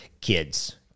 kids